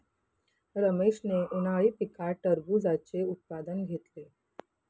रमेशने उन्हाळी पिकात टरबूजाचे उत्पादन घेतले